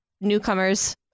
newcomers